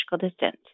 distance